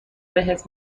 بهت